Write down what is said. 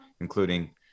including